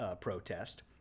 protest